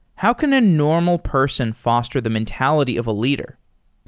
how can a normal person foster the mentality of a leader?